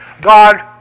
God